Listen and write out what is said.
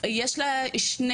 שיש לה שתי